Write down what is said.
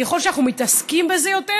ככל שאנחנו מתעסקים בזה יותר,